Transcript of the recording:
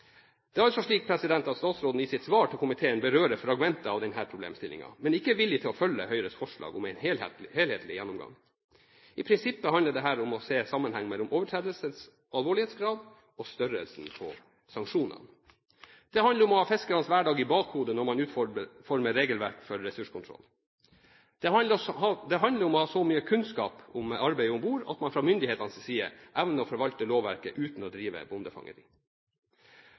Det er altså slik at statsråden i sitt svar til komiteen berører fragmenter av denne problemstillingen, men ikke er villig til å følge Høyres forslag om en helhetlig gjennomgang. I prinsippet handler dette om å se sammenhengen mellom overtredelsens alvorlighetsgrad og størrelsen på sanksjonene. Det handler om å ha fiskernes hverdag i bakhodet når man utformer regelverk for ressurskontroll. Det handler om å ha så mye kunnskap om arbeidet om bord at man fra myndighetenes side evner å forvalte lovverket uten å drive